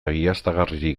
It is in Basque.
egiaztagarririk